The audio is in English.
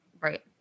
Right